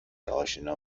اشنا